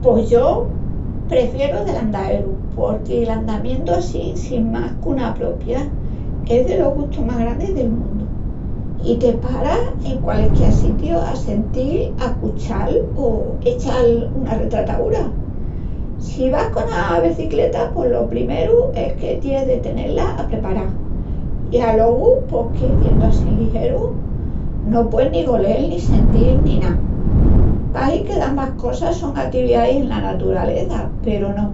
Pos yo prefieru del'andaeru, porque l'andamientu assín sin más qu'una propia, es delos gustus más grandis del mundu i te paras en qualisquiá sitiu a sentil, ascuchal o echal una retrataúra. Si vas cona becicleta pos lo primeru es que tienis de tené-la aprepará, i alogu pos que diendu assín ligeru no pueis ni golel ni sentil ni ná. Pahi que dambas cosas son ativiais ena naturaleza peru no...